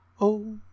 Oh